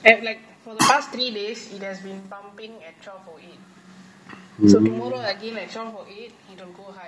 at like for the past three days it has been bumping at twelve O eight so tomorrow again at twelve O eight it will go high